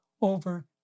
over